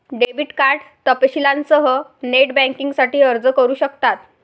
debit card तपशीलांसह net बँकिंगसाठी अर्ज करू शकतात